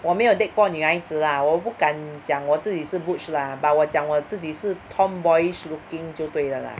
我没有 date 过女孩子 lah 我不敢讲我自己是 butch lah but 我讲我自己是 tomboyish looking 就对了 lah